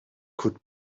could